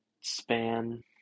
span